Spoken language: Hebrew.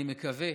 אני מקווה